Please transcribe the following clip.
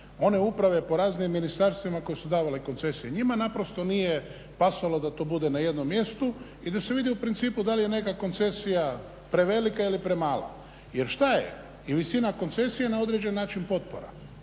one uprave po raznim ministarstvima koje su davale koncesije. Njima naprosto nije pasalo da to bude na jednom mjestu i da se vidi u principu da li je neka koncesija prevelika ili premala. Jer šta je? I visina koncesije je na određeni način potpora,